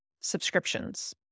subscriptions